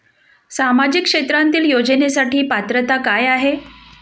सामाजिक क्षेत्रांतील योजनेसाठी पात्रता काय आहे?